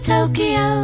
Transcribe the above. Tokyo